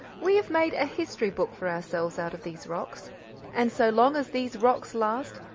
we have made a history book for ourselves out of these rocks and so long as these rocks last,